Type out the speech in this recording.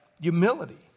humility